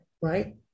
right